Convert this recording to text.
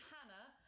Hannah